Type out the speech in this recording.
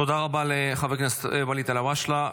תודה רבה לחבר הכנסת ואליד אלהואשלה.